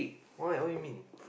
why what you mean